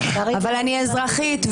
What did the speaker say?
אבל אני אזרחית,